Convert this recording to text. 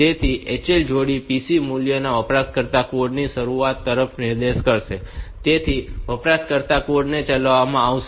તેથી HL જોડી PC મૂલ્ય વપરાશકર્તા કોડ ની શરૂઆત તરફ નિર્દેશ કરશે તેથી વપરાશકર્તા કોડ ને ચલાવવામાં આવશે